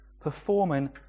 performing